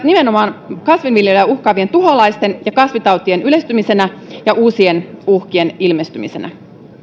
nimenomaan kasvinviljelyä uhkaavien tuholaisten ja kasvitautien yleistymisenä ja uusien uhkien ilmestymisenä